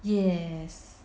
yes